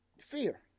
fear